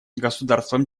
государствам